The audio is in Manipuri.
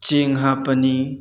ꯆꯦꯡ ꯍꯥꯞꯄꯅꯤ